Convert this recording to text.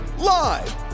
Live